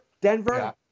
Denver